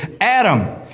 Adam